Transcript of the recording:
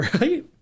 Right